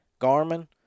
Garmin